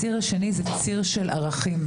הציר השני - ציר של ערכים,